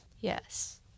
Yes